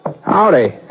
Howdy